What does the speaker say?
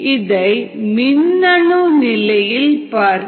இதை மின்னணு நிலையில் பார்க்கிறோம்